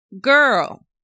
girl